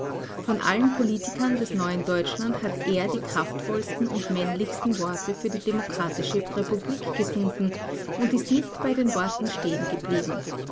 von allen politikern des neuen deutschland hat er die kraftvollsten und männlichsten worte für die demokratische republik gefunden und ist nicht bei den worten stehen geblieben